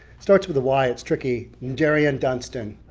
starts with a y. it's tricky, and darien dunstan.